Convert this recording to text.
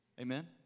Amen